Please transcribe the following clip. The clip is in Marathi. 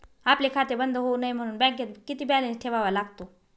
आपले खाते बंद होऊ नये म्हणून बँकेत किती बॅलन्स ठेवावा लागतो?